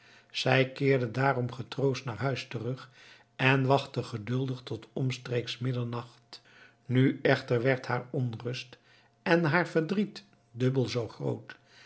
zij keerde daarom getroost naar huis terug en wachtte geduldig tot omstreeks middernacht nu echter werd haar onrust en haar verdriet dubbel zoo groot